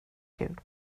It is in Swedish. kul